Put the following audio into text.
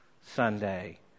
Sunday